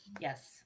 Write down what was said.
Yes